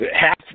half